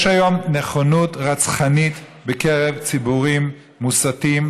יש היום נכונות רצחנית בקרב ציבורים מוסתים,